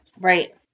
right